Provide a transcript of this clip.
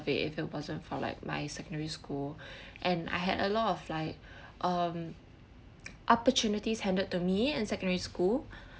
it if it wasn't for like my secondary school and I had a lot of like um opportunities handed to me in secondary school